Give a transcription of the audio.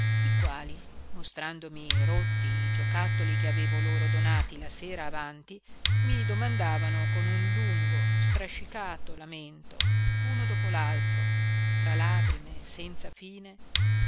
i quali mostrandomi rotti i giocattoli che avevo loro donati la sera avanti mi domandavano con un lungo strascicato lamento uno dopo l'altro tra lagrime senza fine